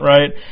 Right